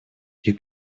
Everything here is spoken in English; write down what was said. you